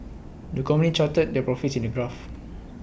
the company charted their profits in the graph